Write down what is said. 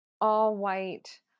all-white